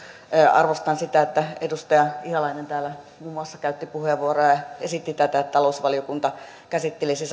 arvostan sitä että edustaja ihalainen täällä käytti puheenvuoron samoin edustaja salolainen ja esitti tätä että talousvaliokunta käsittelisi